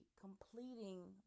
completing